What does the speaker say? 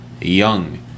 young